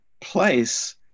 place